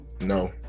No